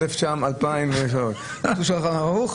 עולם הפסולת.